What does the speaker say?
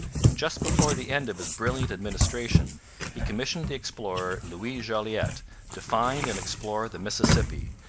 and just before the end of his brilliant administration he commissioned the explorer louis jolliet to find and explore the mississippi,